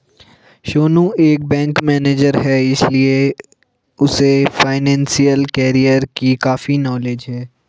सोनू एक bank manager है इसीलिए उसे फाइनेंशियल कैरियर की काफी नॉलेज है